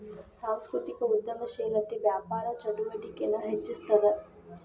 ಸಾಂಸ್ಕೃತಿಕ ಉದ್ಯಮಶೇಲತೆ ವ್ಯಾಪಾರ ಚಟುವಟಿಕೆನ ಹೆಚ್ಚಿಸ್ತದ